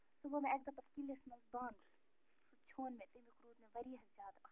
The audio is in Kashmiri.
سُہ گوٚو مےٚ اَکہِ دۄہ پتہٕ کِلِس منٛز بنٛد سُہ ژھیوٚن مےٚ تَمیُک روٗد مےٚ وارِیاہ زیادٕ افسوٗس